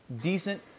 decent